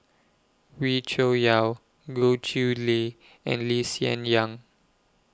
Wee Cho Yaw Goh Chiew Lye and Lee Hsien Yang